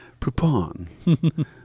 poupon